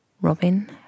Robin